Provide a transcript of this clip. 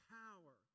power